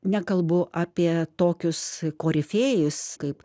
nekalbu apie tokius korifėjus kaip